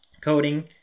coding